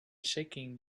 shaking